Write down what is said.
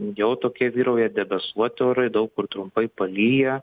jau tokie vyrauja debesuoti orai daug kur trumpai palyja